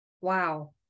Wow